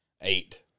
eight